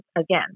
again